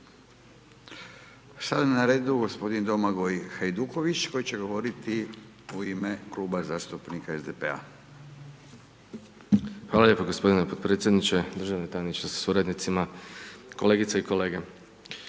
Sada je na redu g. Domagoj Hajduković koji će govoriti u ime Kluba zastupnika SDP-a. **Hajduković, Domagoj (SDP)** Hvala lijepo g. potpredsjedniče, državni tajniče sa suradnicima, kolegice i kolege.